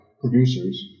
producers